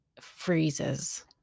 freezes